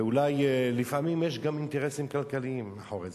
ואולי לפעמים יש גם אינטרסים כלכליים מאחורי זה.